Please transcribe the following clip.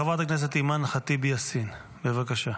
חברת הכנסת אימאן ח'טיב יאסין, בבקשה.